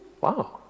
Wow